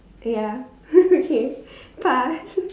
eh ya okay fast